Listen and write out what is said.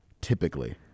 typically